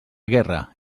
guerra